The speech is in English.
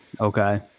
Okay